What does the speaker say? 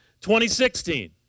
2016